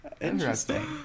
Interesting